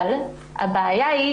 אבל הבעיה היא